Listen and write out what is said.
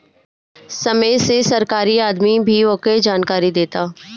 समय से सरकारी आदमी भी आके जानकारी देता